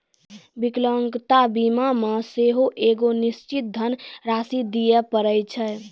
विकलांगता बीमा मे सेहो एगो निश्चित धन राशि दिये पड़ै छै